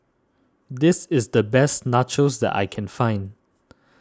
this is the best Nachos that I can find